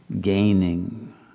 gaining